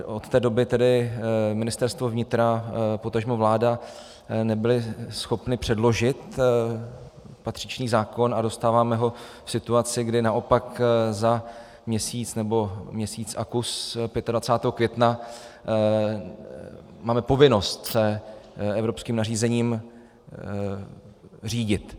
Od té doby Ministerstvo vnitra, potažmo vláda nebyly schopny předložit patřičný zákon a dostáváme ho v situaci, kdy naopak za měsíc, nebo měsíc a kus, 25. května, máme povinnost se evropským nařízením řídit.